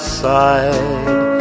side